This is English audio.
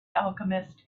alchemist